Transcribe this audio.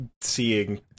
seeing